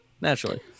naturally